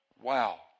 Wow